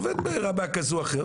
עובד ברמה כזו או אחרת,